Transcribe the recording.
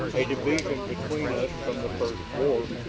a division between us from the first war.